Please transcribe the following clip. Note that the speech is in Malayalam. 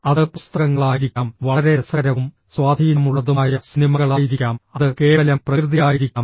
അത് പുസ്തകങ്ങളായിരിക്കാം വളരെ രസകരവും സ്വാധീനമുള്ളതുമായ സിനിമകളായിരിക്കാം അത് കേവലം പ്രകൃതിയായിരിക്കാം